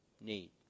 need